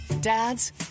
Dad's